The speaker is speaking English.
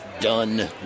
done